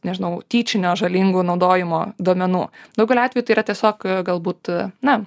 nežinau tyčinio žalingų naudojimo duomenų daugeliu atveju tai yra tiesiog galbūt na